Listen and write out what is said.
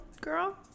girl